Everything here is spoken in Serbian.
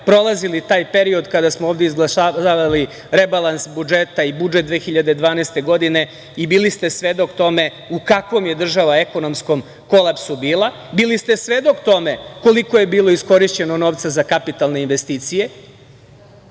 prolazili taj period kada smo ovde izglasavali rebalans budžeta i budžet 2012. godine i bili ste svedok tome u kakvom je država ekonomskom kolapsu bila. Bili ste svedok tome koliko je bilo iskorišćeno novca za kapitalne investicije,